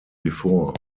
before